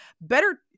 Better